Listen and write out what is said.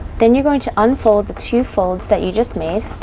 then you going to unfold the two folds that you just made.